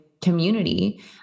community